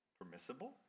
permissible